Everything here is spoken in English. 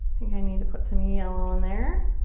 i need to put some yellow in there.